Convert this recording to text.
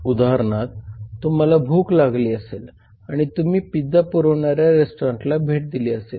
उदाहरणार्थ तुम्हाला भुक लागली असेल आणि तुम्ही पिझ्झा पुरवणाऱ्या रेस्टॉरंटला भेट दिली असेल